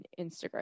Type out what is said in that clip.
Instagram